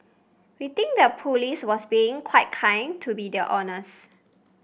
we think the police was being quite kind to be the honest